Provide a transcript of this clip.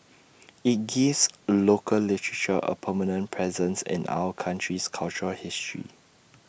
IT gives local literature A permanent presence in our country's cultural history